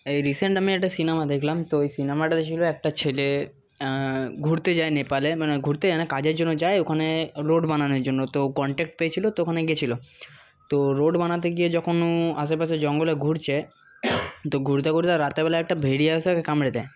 এই রিসেন্ট আমি একটা সিনেমা দেখলাম তো ওই সিনেমাটা ছিল একটা ছেলে ঘুরতে যায় নেপালে মানে ঘুরতে যায় না কাজের জন্য যায় ওখানে রোড বানানোর জন্য তো কন্ট্রাক্ট পেয়েছিলো তো ওখানে গেছিলো তো রোড বানাতে গিয়ে যখন ও আশেপাশে জঙ্গলে ঘুরছে তো ঘুরতে ঘুরতে রাত্রেবেলা একটা ভেড়ি আসে ওকে কামড়ে দেয়